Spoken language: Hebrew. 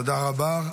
תודה רבה.